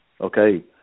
okay